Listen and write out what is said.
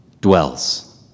dwells